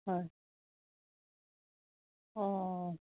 হয় অঁ